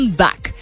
back